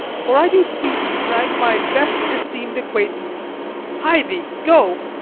for i do feast to-night my best esteem'd acquaintance hie thee, go.